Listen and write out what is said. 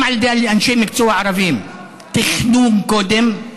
גם על ידי אנשי מקצוע ערבים: תכנון קודם,